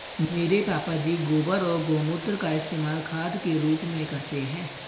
मेरे पापा जी गोबर और गोमूत्र का इस्तेमाल खाद के रूप में करते हैं